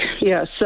yes